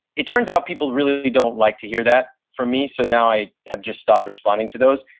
it turns out people really don't like to hear that from me, so now i have just stopped responding to those.